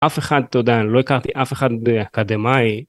אף אחד, תודה, לא הכרתי אף אחד באקדמאי.